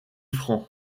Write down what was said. francs